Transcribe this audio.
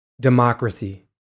Democracy